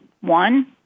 One